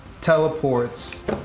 teleports